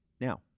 Now